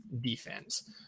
defense